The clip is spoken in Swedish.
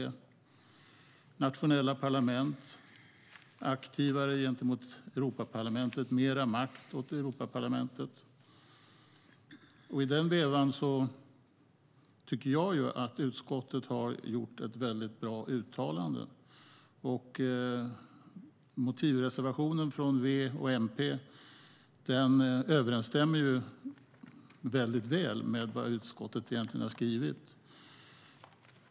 Det talades om nationella parlament, aktiva gentemot Europaparlamentet, och om mer makt åt Europaparlamentet. Jag tycker att utskottet har gjort ett mycket bra uttalande när det gäller detta. Motivreservationen från V och MP överensstämmer väl med vad utskottet har skrivit.